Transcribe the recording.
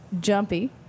jumpy